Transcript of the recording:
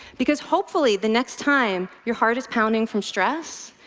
because hopefully the next time your heart is pounding from stress,